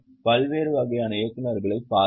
பல்வேறு வகையான இயக்குநர்களைப் பாருங்கள்